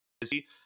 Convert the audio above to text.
busy